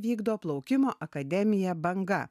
vykdo plaukimo akademija banga